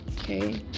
okay